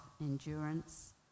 endurance